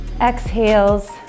exhales